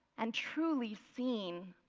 and truly seen.